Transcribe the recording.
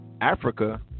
Africa